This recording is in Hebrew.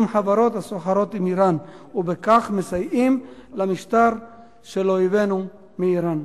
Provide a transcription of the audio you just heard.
חברות הסוחרות עם אירן ובכך מסייעות למשטר של אויבינו מאירן.